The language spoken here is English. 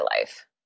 life